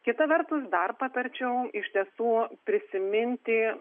kita vertus dar patarčiau iš tiesų prisiminti